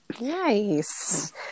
Nice